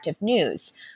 news